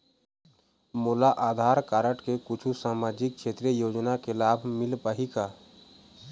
मोला आधार कारड से कुछू सामाजिक क्षेत्रीय योजना के लाभ मिल पाही का?